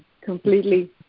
Completely